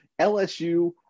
LSU